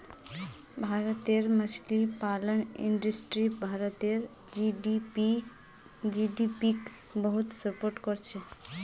भारतेर मछली पालन इंडस्ट्री भारतेर जीडीपीक बहुत सपोर्ट करछेक